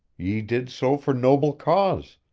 ye did so for noble cause,